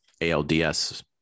ALDS